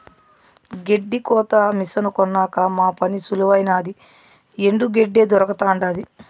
గెడ్డి కోత మిసను కొన్నాక మా పని సులువైనాది ఎండు గెడ్డే దొరకతండాది